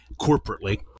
corporately